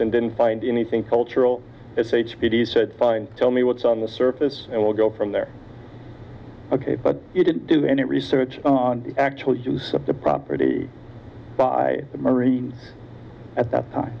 and didn't find anything cultural as h p d said fine tell me what's on the surface and we'll go from there ok but you didn't do any research actually to sort the property by the marines at that time